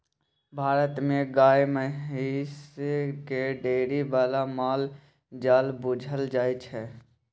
भारत मे गाए महिष केँ डेयरी बला माल जाल बुझल जाइ छै